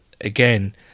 again